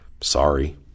sorry